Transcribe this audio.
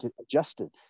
adjusted